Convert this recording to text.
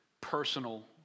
personal